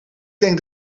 denk